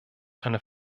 einer